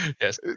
yes